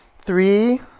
Three